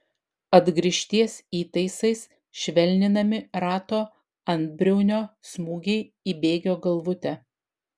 atgrįžties įtaisais švelninami rato antbriaunio smūgiai į bėgio galvutę